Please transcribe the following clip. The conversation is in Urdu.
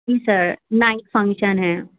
جی سر نائٹ فنکشن ہے